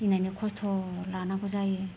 फैनानै खस्थ' लानांगौ जायो